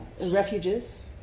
refuges